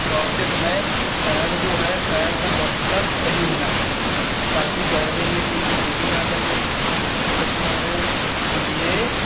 दौड़ते समय पैर जो है पैर का पोश्चर सही होना चाहिए ताकि दौड़ने में कोई इंजुरी ना बने कोई दिक्कत ना हो इसीलिए